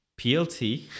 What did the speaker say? PLT